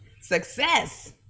success